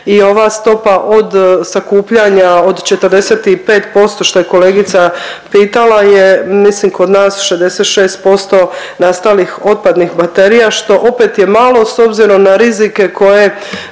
i ova stopa od sakupljanja od 45% što je kolegica pitala je mislim kod nas 66% nastalih otpadnih baterija što opet je malo s obzirom na rizike koje